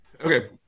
okay